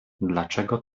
dlaczego